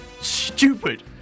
stupid